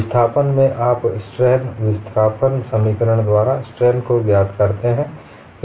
विस्थापन से आप स्ट्रेन विस्थापन समीकरण द्वारा स्ट्रेन को ञात करते हैं